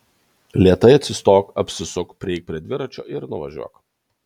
lėtai atsistok apsisuk prieik prie dviračio ir nuvažiuok